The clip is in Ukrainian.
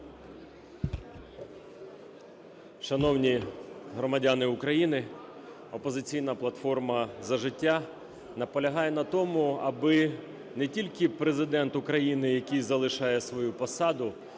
Шановні громадяни України, "Опозиційна платформа - За життя" наполягає на тому, аби не тільки Президент України, який залишає свою посаду,